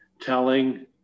telling